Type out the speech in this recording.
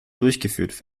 durchgeführt